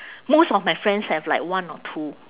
most of my friends have like one or two